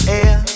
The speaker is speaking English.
air